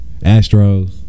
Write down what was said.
Astros